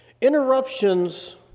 Interruptions